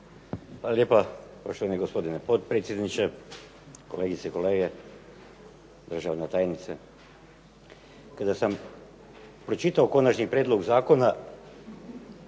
Hvala lijepa poštovani gospodine potpredsjedniče. Kolegice i kolege, državna tajnice. Kada sam pročitao Konačni prijedlog zakona